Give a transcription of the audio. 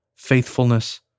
faithfulness